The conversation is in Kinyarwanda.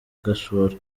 gashora